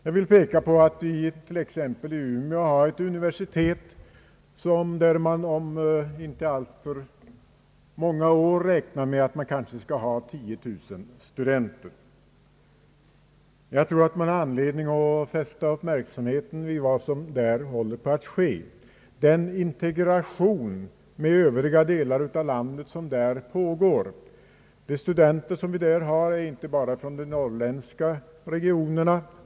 Universitetet i Umeå beräknas t.ex. inom inte alltför många år ha 10000 studenter. Jag tror att det finns anledning att fästa uppmärksamheten vid vad som där håller på att ske, den integration med övriga delar av landet som här pågår. Studenterna i Umeå kommer inte bara från de norrländska regionerna.